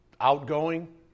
outgoing